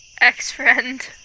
Ex-friend